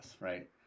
right